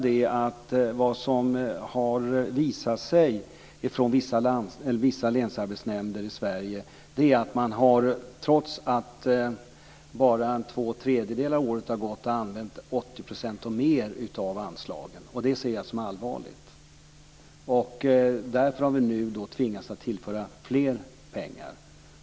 Det har visat sig från vissa länsarbetsnämnder i Sverige att man, trots att bara två tredjedelar av året har gått, har använt 80 % eller mer av anslagen. Det ser jag som allvarligt. Därför har vi tvingats att tillföra mer pengar.